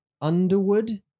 Underwood